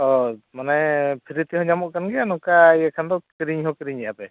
ᱦᱳᱭ ᱢᱟᱱᱮ ᱯᱷᱤᱨᱤ ᱛᱮᱦᱚᱸ ᱧᱟᱢᱚᱜ ᱠᱟᱱ ᱜᱮᱭᱟ ᱱᱚᱝᱠᱟ ᱤᱭᱟᱹ ᱠᱷᱟᱱ ᱫᱚ ᱠᱤᱨᱤᱧ ᱦᱚᱸ ᱠᱤᱨᱤᱧ ᱜᱮᱭᱟ ᱯᱮ